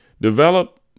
Develop